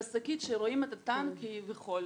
בשקית שרואים את התן כביכול,